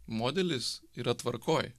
modelis yra tvarkoj